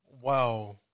Wow